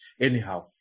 anyhow